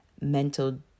mental